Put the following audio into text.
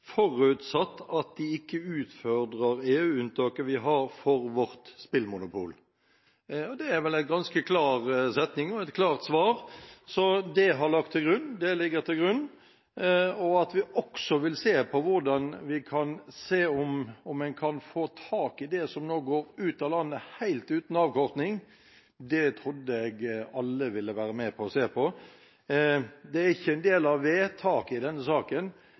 forutsatt at de ikke utfordrer EU-unntaket vi har fått for vårt spillemonopol.» Dette er vel en ganske klar setning og et klart svar. Så det ligger til grunn, og også at vi vil se på hvordan en kan få tak i det som nå går ut av landet helt uten avkortning. Det trodde jeg alle ville være med og se på. Det er ikke en del av vedtaket i denne saken,